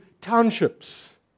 townships